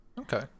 okay